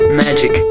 magic